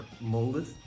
molded